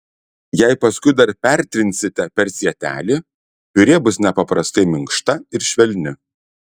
jei paskui dar pertrinsite per sietelį piurė bus nepaprastai minkšta ir švelni